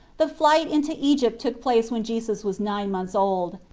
the flight into egypt took place when jesus was nine months old,